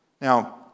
Now